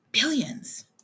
Billions